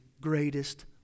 greatest